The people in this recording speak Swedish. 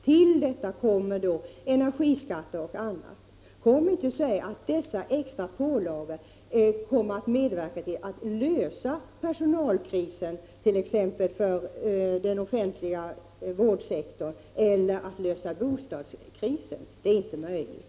Till detta kommer energiskatter m.m. Kom nu inte och säg att dessa extra pålagor kommer att medverka till att lösa personalkrisen inom t.ex. den offentliga vården eller lösa bostadskrisen! Detta är inte möjligt.